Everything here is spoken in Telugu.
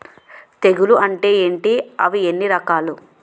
తెగులు అంటే ఏంటి అవి ఎన్ని రకాలు?